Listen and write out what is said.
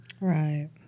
Right